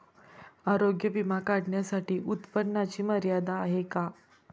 आरोग्य विमा काढण्यासाठी उत्पन्नाची मर्यादा आहे का?